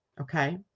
okay